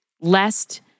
lest